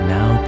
Now